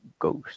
ghost